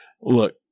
look